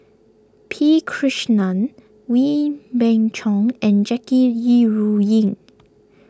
P Krishnan Wee Beng Chong and Jackie Yi Ru Ying